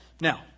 Now